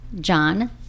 john